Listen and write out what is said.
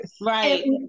right